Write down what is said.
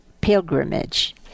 pilgrimage